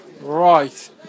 Right